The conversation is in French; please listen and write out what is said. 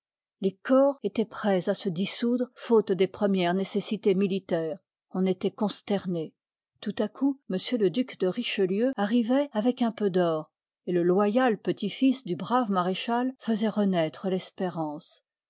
les corps étoient prêts à se dissoudre faute des premières nécessités militaires on étoit consterné tout à coup m le duc de richelieu arrivoit avec un peu d'or et le loyal petit-fils du brave maréchal faisoit renaître fespérance